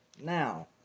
Now